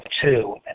two